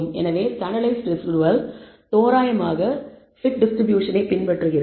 எனவே standardized residual தோராயமாகப் fit டிஸ்ட்ரிபியூஷனை பின்பற்றுகிறது